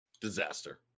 Disaster